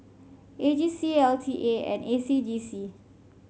A G C L T A and A C J C